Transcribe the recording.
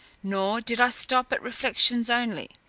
nor did i stop at reflections only,